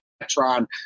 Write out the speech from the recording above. electron